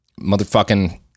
motherfucking